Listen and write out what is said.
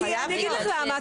הבריאות,